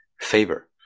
favor